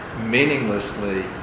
meaninglessly